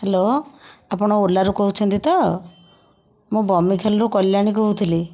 hello ଆପଣ ଓଲାରୁ କହୁଛନ୍ତି ତ ମୁଁ ବମିଖାଲରୁ କଲ୍ୟାଣୀ କହୁଥିଲି